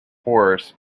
horse